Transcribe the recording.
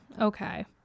okay